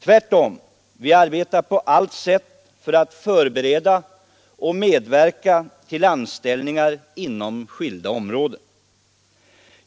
Tvärtom, vi arbetar på allt sätt för att förbereda och medverka till anställningar inom skilda områden.